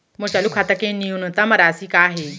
मोर चालू खाता के न्यूनतम राशि का हे?